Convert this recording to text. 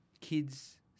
kids